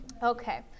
Okay